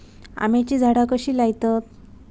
आम्याची झाडा कशी लयतत?